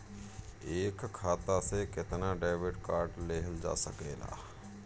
एक खाता से केतना डेबिट कार्ड लेहल जा सकेला?